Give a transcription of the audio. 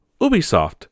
Ubisoft